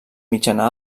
mitjana